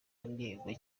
anengwa